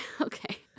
Okay